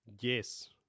Yes